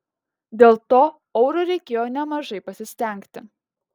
dėl to auriui reikėjo nemažai pasistengti